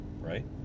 right